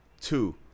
Two